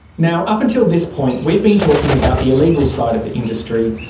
now, up until this point we've been talking about the illegal side of the industry.